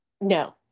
No